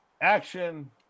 Action